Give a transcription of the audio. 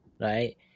right